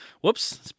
whoops